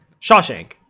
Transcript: Shawshank